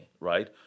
right